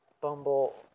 Bumble